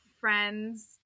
friends